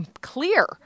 clear